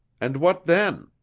and what then?